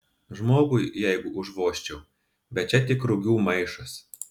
žmogui jeigu užvožčiau bet čia tik rugių maišas